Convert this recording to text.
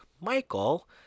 Michael